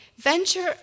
venture